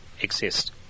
exist